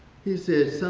he said, son,